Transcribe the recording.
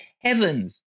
heavens